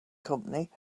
company